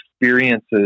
experiences